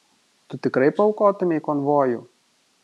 tu tikrai paaukotumei konvojų